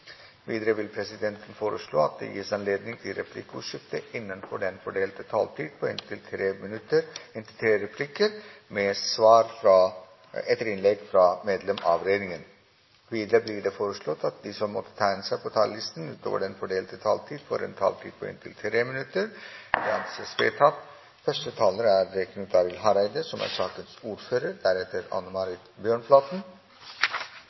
Videre vil presidenten foreslå at det gis anledning til replikkordskifte på inntil fem replikker med svar etter innlegg fra medlem av regjeringen innenfor den fordelte taletid. Videre blir det foreslått at de som måtte tegne seg på talerlisten utover den fordelte taletid, får en taletid på inntil 3 minutter. – Det anses vedtatt.